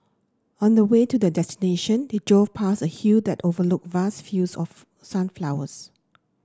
on the way to their destination they drove past a hill that overlooked vast fields of sunflowers